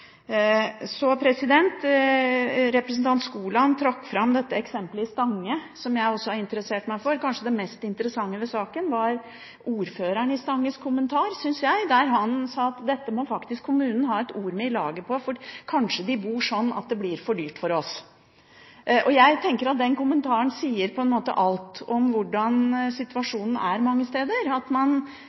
trakk fram eksempelet i Stange, som jeg også har interessert meg for. Det mest interessante med saken – synes jeg – var kanskje ordføreren i Stanges kommentar, der han sa at her må faktisk kommunen ha et ord med i laget, for kanskje de bor slik at det blir for dyrt for oss. Jeg tenker at den kommentaren sier alt om hvordan situasjonen mange steder er, at man